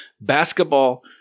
Basketball